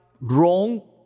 wrong